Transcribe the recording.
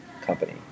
company